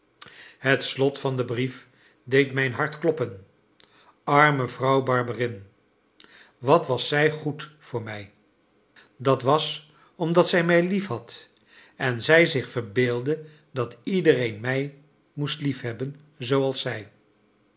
het slot van den brief deed mijn hart kloppen arme vrouw barberin wat was zij goed voor mij dat was omdat zij mij liefhad en zij zich verbeeldde dat iedereen mij moest liefhebben zooals zij